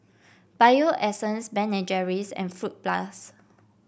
Bio Essence Ben and Jerry's and Fruit Plus